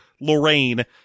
lorraine